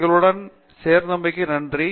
எங்களுடன் சேர்த்தமைக்கு நன்றி